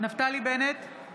נפתלי בנט,